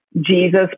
Jesus